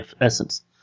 essence